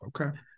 Okay